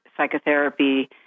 psychotherapy